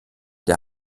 der